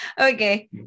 Okay